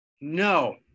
No